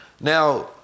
Now